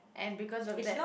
and because of that